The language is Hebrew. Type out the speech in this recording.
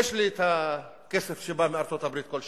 יש לי הכסף שבא מארצות-הברית כל שנה,